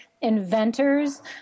inventors